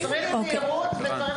צריך פה זהירות והצריך